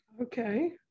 Okay